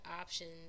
options